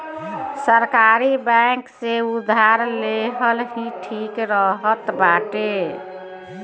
सरकारी बैंक से उधार लेहल ही ठीक रहत बाटे